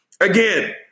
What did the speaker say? Again